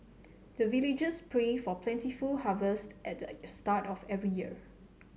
the villagers pray for plentiful harvest at the start of every year